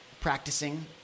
practicing